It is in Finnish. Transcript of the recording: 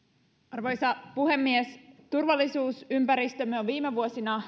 arvoisa puhemies turvallisuusympäristömme on viime vuosina